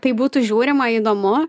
tai būtų žiūrima įdomu